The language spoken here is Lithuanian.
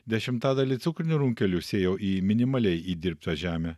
dešimtadalį cukrinių runkelių sėjo į minimaliai įdirbtą žemę